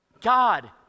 God